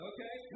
Okay